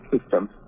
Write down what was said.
system